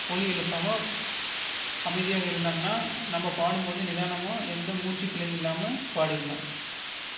ஒலி எழுப்பாமல் அமைதியாக இருந்தாங்கனால் நம்ம பாடும்போது நிதானமாக எந்த மூச்சுப்பிழையும் இல்லாமல் பாடிடலாம்